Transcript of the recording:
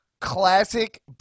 classic